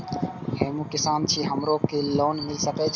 हमू किसान छी हमरो के लोन मिल सके छे?